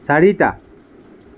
চাৰিটা